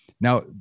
Now